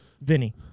Vinny